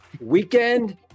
weekend